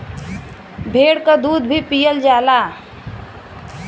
भेड़ क दूध भी पियल जाला